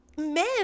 men